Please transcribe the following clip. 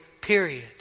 period